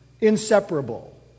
inseparable